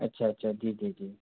अच्छा अच्छा जी जी जी